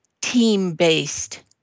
team-based